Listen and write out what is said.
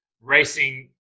racing